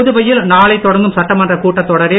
புதுவையில் நாளை தொடங்கும் சட்டமன்ற கூட்டத் தொடரில்